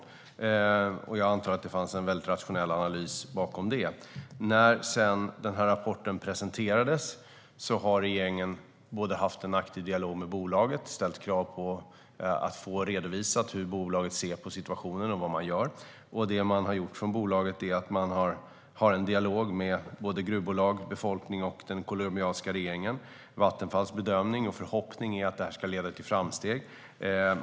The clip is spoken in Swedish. Jag antar att det fanns en mycket rationell analys bakom det. Sedan denna rapport presenterades har regeringen haft en aktiv dialog med bolaget och ställt krav på att få redovisat hur bolaget ser på situationen och vad man gör. Det som man har gjort från bolaget är att ha en dialog med gruvbolag, befolkning och den colombianska regeringen. Vattenfalls bedömning och förhoppning är att detta ska leda till framsteg.